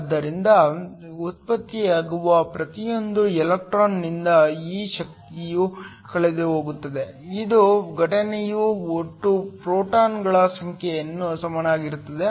ಆದ್ದರಿಂದ ಉತ್ಪತ್ತಿಯಾಗುವ ಪ್ರತಿಯೊಂದು ಎಲೆಕ್ಟ್ರಾನ್ನಿಂದ ಈ ಶಕ್ತಿಯು ಕಳೆದುಹೋಗುತ್ತದೆ ಇದು ಘಟನೆಯ ಒಟ್ಟು ಫೋಟಾನ್ಗಳ ಸಂಖ್ಯೆಗೆ ಸಮನಾಗಿರುತ್ತದೆ